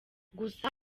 gusa